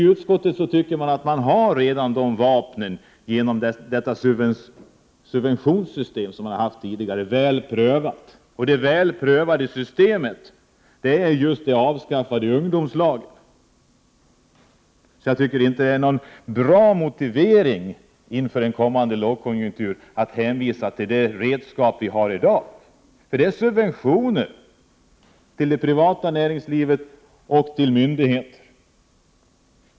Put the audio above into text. I utskottet tycker man att man redan har de vapen som behövs genom det subventionssystem som man tidigare haft och som är väl prövat. Det väl prövade systemet är just de avskaffade ungdomslagen. Jag tycker inte att det är någon bra motivering att inför en kommande lågkonjunktur hänvisa till just det redskap som vi i dag har: Det är subventioner till det privata näringslivet och till myndigheter.